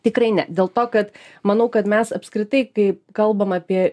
tikrai ne dėl to kad manau kad mes apskritai kai kalbam apie